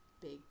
big